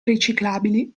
riciclabili